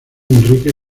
enrique